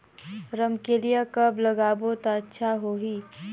रमकेलिया कब लगाबो ता अच्छा होही?